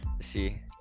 See